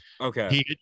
Okay